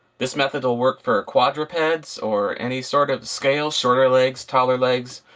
this method will work for quadrupeds or any sort of scale. shorter legs, taller legs.